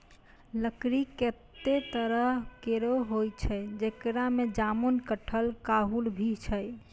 लकड़ी कत्ते तरह केरो होय छै, जेकरा में जामुन, कटहल, काहुल भी छै